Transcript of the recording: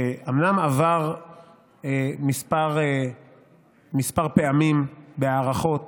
שאומנם עבר כמה פעמים בהארכות